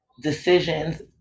decisions